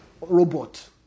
robot